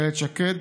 איילת שקד,